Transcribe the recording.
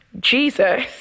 Jesus